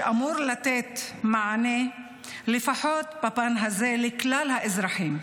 שאמור לתת מענה לפחות בפן הזה לכלל האזרחים,